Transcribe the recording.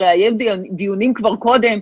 הרי היו דיונים כבר קודם.